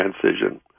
transition